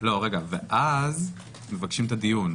ואז מבקשים את הדיון,